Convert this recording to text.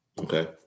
Okay